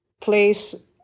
place